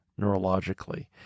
neurologically